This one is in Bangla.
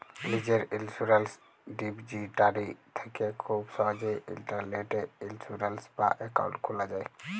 লীজের ইলসুরেলস ডিপজিটারি থ্যাকে খুব সহজেই ইলটারলেটে ইলসুরেলস বা একাউল্ট খুলা যায়